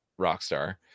rockstar